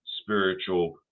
spiritual